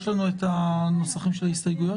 יש לנו את הנוסחים של ההסתייגויות?